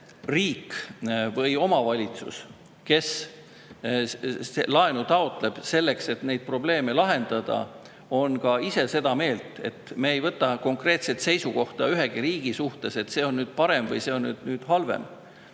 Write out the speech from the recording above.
riik või omavalitsus, kes taotleb laenu, selleks et neid probleeme lahendada, on ka ise seda meelt, sest meie ei võta konkreetset seisukohta ühegi riigi suhtes, et mis on parem ja mis on halvem.